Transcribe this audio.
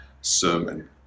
sermon